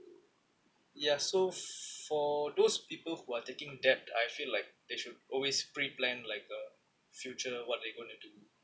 ya so for those people who are taking debt I feel like they should always pre-plan like uh future what they going to do